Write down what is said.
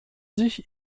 sich